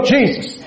Jesus